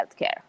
healthcare